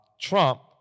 Trump